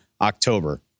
October